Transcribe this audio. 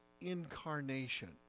incarnation